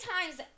times